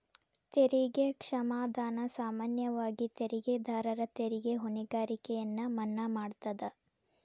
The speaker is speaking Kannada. ತೆರಿಗೆ ಕ್ಷಮಾದಾನ ಸಾಮಾನ್ಯವಾಗಿ ತೆರಿಗೆದಾರರ ತೆರಿಗೆ ಹೊಣೆಗಾರಿಕೆಯನ್ನ ಮನ್ನಾ ಮಾಡತದ